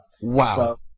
Wow